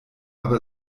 aber